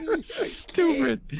Stupid